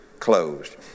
Closed